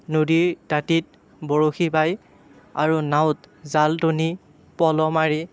নদীৰ দাঁতিত বৰশী বাই আৰু নাঁৱত জাল টানি প'ল মাৰি